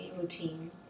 routine